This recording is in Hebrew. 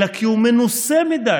אלא כי הוא מנוסה מדי.